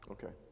Okay